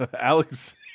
alex